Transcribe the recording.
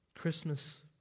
Christmas